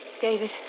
David